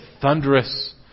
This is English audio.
thunderous